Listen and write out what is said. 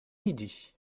midi